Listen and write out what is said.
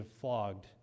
flogged